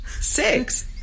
Six